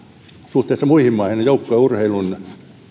suhteessa muihin maihin joukkueurheilun